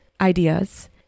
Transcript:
ideas